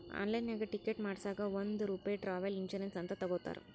ಆನ್ಲೈನ್ನಾಗ್ ಟಿಕೆಟ್ ಮಾಡಸಾಗ್ ಒಂದ್ ರೂಪೆ ಟ್ರಾವೆಲ್ ಇನ್ಸೂರೆನ್ಸ್ ಅಂತ್ ತಗೊತಾರ್